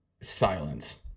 silence